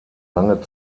lange